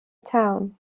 town